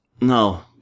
No